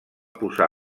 posar